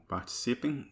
Participem